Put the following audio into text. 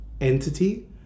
entity